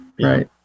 right